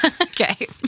Okay